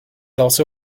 also